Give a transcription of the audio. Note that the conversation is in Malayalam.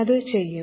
അത് ചെയ്യും